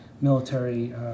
military